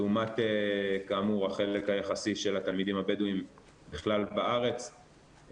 לעומת החלק היחסי של התלמידים הבדואים בכלל בארץ,